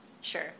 Sure